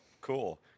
cool